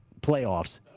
playoffs